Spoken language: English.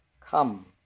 Come